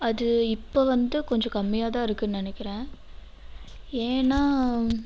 அது இப்போ வந்து கொஞ்சம் கம்மியாக தான் இருக்குன்னு நினைக்குறேன் ஏன்னா